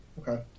Okay